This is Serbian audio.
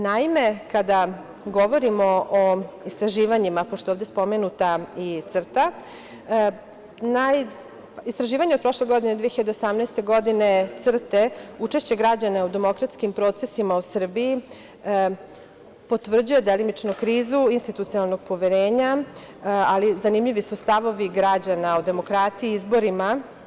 Naime, kada govorimo o istraživanjima, pošto je ovde spomenuta i CRTA, istraživanje od prošle 2018. godine CRTE, učešće građanima u demokratskim procesima u Srbiji potvrđuje delimično krizu institucionalnog poverenja, ali zanimljivi su stavovi građana o demokratiji i izborima.